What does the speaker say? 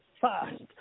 fast